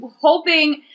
hoping